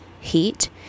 heat